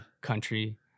country